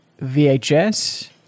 VHS